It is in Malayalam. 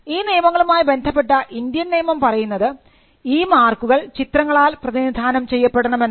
ഈ നിയമങ്ങളുമായി ബന്ധപ്പെട്ട ഇന്ത്യൻ നിയമം പറയുന്നത് ഈ മാർക്കുകൾ ചിത്രങ്ങളാൽ പ്രതിനിധാനം ചെയ്യപ്പെടണമെന്നാണ്